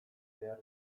behar